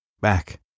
back